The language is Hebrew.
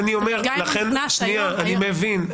אני מבין.